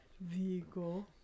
Vigo